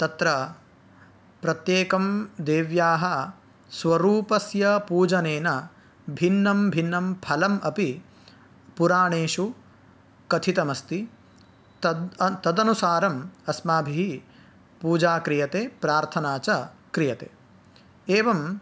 तत्र प्रत्येकं देव्याः स्वरूपस्य पूजनेन भिन्नं भिन्नं फलम् अपि पुराणेषु कथितमस्ति तद् तदनुसारम् अस्माभिः पूजा क्रियते प्रार्थना च क्रियते एवम्